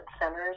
centers